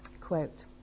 Quote